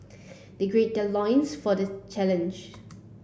they greed their loins for this challenge